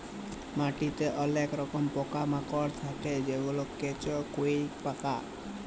মাটিতে অলেক রকমের পকা মাকড় থাক্যে যেমল কেঁচ, কাটুই পকা